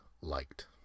liked